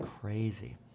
crazy